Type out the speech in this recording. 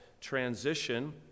transition